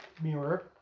mirror